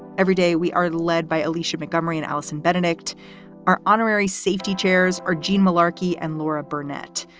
every day we are led by alicia montgomery and allison benedikt are honorary safety chairs or gene malarky and laura burnett,